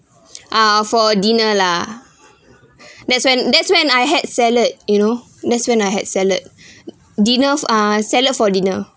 ah for dinner lah that's when that's when I had salad you know that's when I had salad dinners uh salad for dinner